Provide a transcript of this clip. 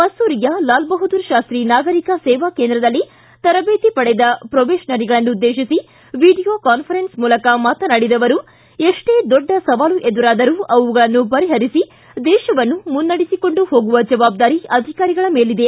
ಮಸ್ನೂರಿಯ ಲಾಲ್ ಬಹದ್ದೂರ ಶಾಸ್ತೀ ನಾಗರಿಕ ಸೇವಾ ಕೇಂದ್ರದಲ್ಲಿ ತರಬೇತಿ ಪಡೆದ ಪೊಬೆಷನರಿಗಳನ್ನು ಉದ್ದೇಶಿಸಿ ವಿಡಿಯೊ ಕಾನ್ಫರೆನ್ಸ್ ಮೂಲಕ ಮಾತನಾಡಿದ ಅವರು ಎಷ್ಟೇ ದೊಡ್ಡ ಸವಾಲು ಎದುರಾದರೂ ಅವುಗಳನ್ನು ಪರಿಪರಿಸಿ ದೇಶವನ್ನು ಮುನ್ನಡೆಸಿಕೊಂಡು ಹೋಗುವ ಜವಾಬ್ದಾರಿ ಅಧಿಕಾರಿಗಳ ಮೇಲಿದೆ